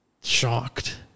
shocked